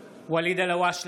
(קורא בשמות חברי הכנסת) ואליד אלהואשלה,